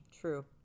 True